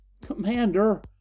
Commander